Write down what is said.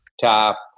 top